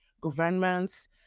governments